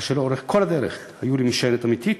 אשר לאורך כל הדרך היו לי משענת אמיתית,